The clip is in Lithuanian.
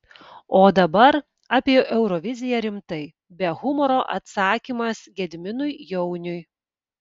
o dabar apie euroviziją rimtai be humoro atsakymas gediminui jauniui